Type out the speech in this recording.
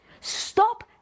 stop